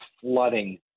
flooding